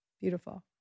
Beautiful